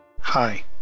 Hi